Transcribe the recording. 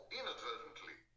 inadvertently